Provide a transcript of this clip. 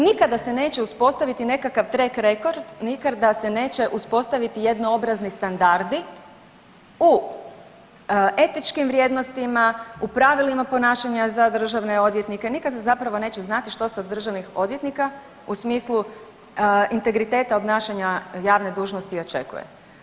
Nikada se neće uspostaviti nekakav trekrekord, nikada se neće uspostaviti jednoobrazni standardi u etičkim vrijednostima u pravilima ponašanja za državne odvjetnike, nikad se zapravo neće znati što ste od državnih odvjetnika u smislu integriteta obnašanja javne dužnosti očekuje.